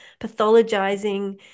pathologizing